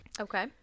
Okay